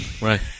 Right